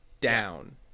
down